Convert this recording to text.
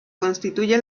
constituye